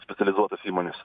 specializuotas įmones